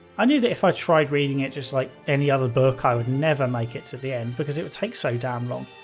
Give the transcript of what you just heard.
i knew that if i tried reading it like any other book i would never make it to the end because it would take so damn long,